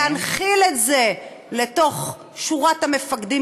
להנחיל את זה לתוך שורת המפקדים,